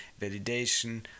validation